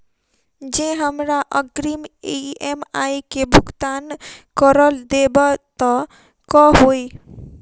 जँ हमरा अग्रिम ई.एम.आई केँ भुगतान करऽ देब तऽ कऽ होइ?